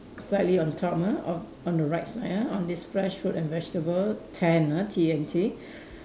slightly on top ah on on the right side ah on this fresh fruit and vegetable tent ah T E N T